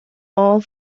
all